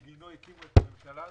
ובגינו הקימו את הממשלה הזאת,